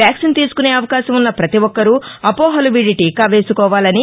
vaccine తీసుకునే అవకాశం ఉన్న పతి ఒక్కరూ అపోహలు వీడి టీకా వేసుకోవాలని